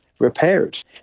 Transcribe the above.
repaired